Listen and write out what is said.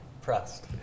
pressed